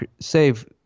save